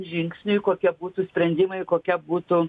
žingsniai kokie būtų sprendimai kokie būtų